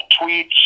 tweets